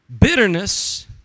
bitterness